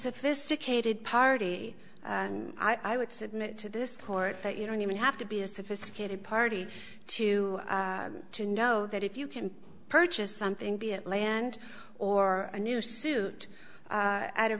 sophisticated party and i would submit to this court that you don't even have to be a sophisticated party to to know that if you can purchase something be it land or a new suit at a